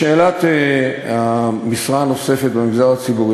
לשאלת המשרה הנוספת במגזר הציבורי,